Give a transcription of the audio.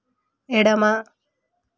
ఎడమ